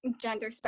gender